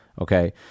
Okay